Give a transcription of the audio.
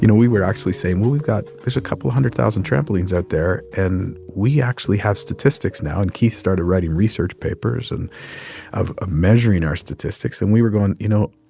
you know we were actually saying, well, we've got there's a couple hundred thousand trampolines out there, and we actually have statistics now. and keith started writing research papers and ah measuring our statistics. and we were going, you know,